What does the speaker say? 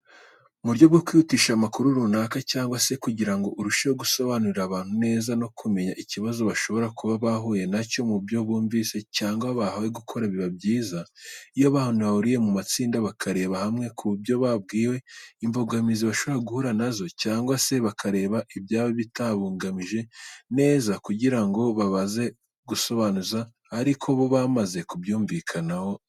Mu buryo bwo kwihutisha amakuru runaka cyangwa se kugira ngo urusheho gusobanurira abantu neza no kumenya ikibazo bashobora kuba bahuye na cyo mu byo bumvise cyangwa bahawe gukora biba byiza. Iyo abantu bahuriye mu matsinda bakarebera hamwe ku byo babwiwe imbogamizi bashobora guhura na zo, cyangwa se bakareba ibyaba bitatambukijwe neza kugira ngo baze gusobanuza ariko bo bamaze kubyumvikanaho neza.